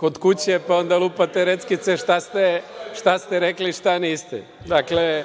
od kuće, pa onda lupate reckice šta ste rekli, šta niste. Dakle,